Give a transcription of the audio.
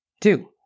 Two